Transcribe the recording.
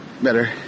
better